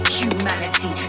humanity